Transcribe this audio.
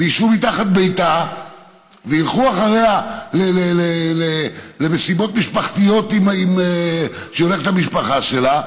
ישבו מתחת ביתה וילכו אחריה למסיבות משפחתיות שהיא הולכת עם המשפחה שלה,